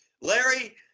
Larry